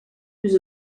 plus